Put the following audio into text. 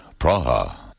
Praha